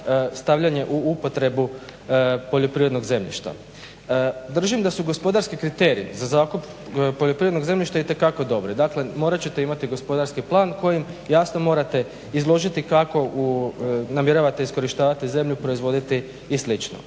stavljanje u upotrebu poljoprivrednog zemljišta. Držim da su gospodarski kriteriji za zakup poljoprivrednog zemljišta itekako dobri, dakle morat ćete imati gospodarski plan kojim jasno morate izložiti kako namjeravate iskorištavati zemlju, proizvoditi i